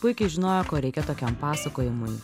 puikiai žinojo ko reikia tokiam pasakojimui